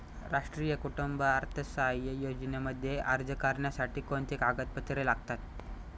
राष्ट्रीय कुटुंब अर्थसहाय्य योजनेमध्ये अर्ज करण्यासाठी कोणती कागदपत्रे लागतात?